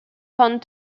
found